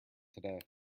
today